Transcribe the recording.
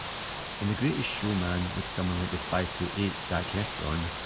in the greatest showman, with someone like the five foot eight zac efron,